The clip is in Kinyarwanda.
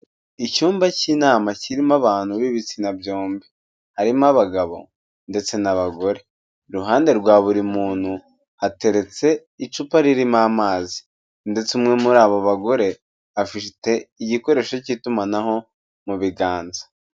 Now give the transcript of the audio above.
Icyumba cy'inama kirimo abantu b'ibitsina byombi, harimo abagabo ndetse n'abagore. Iruhande rwa buri muntu hateretse icupa ririmo amazi, ndetse umwe muri abo bagore afite igikoresho cy'itumanaho mu biganza.